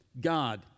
God